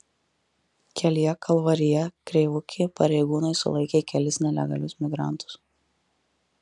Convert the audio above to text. kelyje kalvarija kreivukė pareigūnai sulaikė kelis nelegalius migrantus